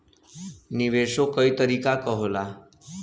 निवेशो कई तरीके क होला